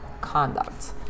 conduct